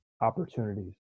opportunities